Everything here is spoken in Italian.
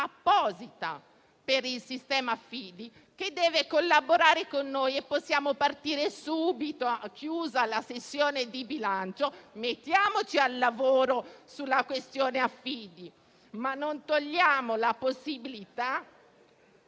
apposita per il sistema degli affidi, che deve collaborare con noi; possiamo partire subito, appena conclusa la sessione di bilancio. Mettiamoci al lavoro sulla questione degli affidi, ma non togliamo la possibilità,